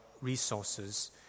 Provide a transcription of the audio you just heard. resources